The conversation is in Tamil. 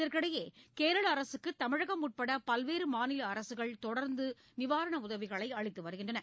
இதற்கிடையேகேரளஅரசுக்குதமிழகம் உட்படபல்வேறுமாநிலஅரசுகள் தொடர்ந்துநிவாரணஉதவிகளைஅளித்துவருகின்றன